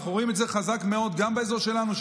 אנחנו רואים את זה חזק מאוד גם באזור שלנו,